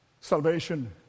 salvation